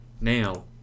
Now